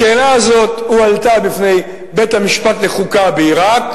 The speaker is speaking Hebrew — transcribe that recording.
השאלה הזו הועלתה בפני בית-המשפט לחוקה בעירק,